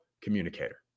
communicator